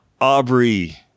Aubrey